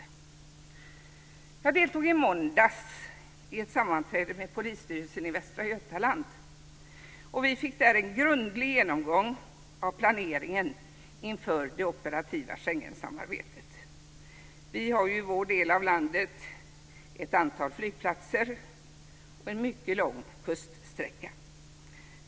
I måndags deltog jag i ett sammanträde med polisstyrelsen i Västra Götaland. Vi fick en grundlig genomgång av planeringen inför det operativa Schengensamarbetet. Vi har ju i vår del av landet ett antal flygplatser och en mycket lång kuststräcka.